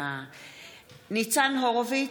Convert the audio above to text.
ניצן הורוביץ,